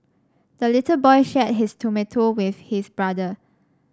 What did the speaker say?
the little boy shared his tomato with his brother